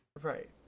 Right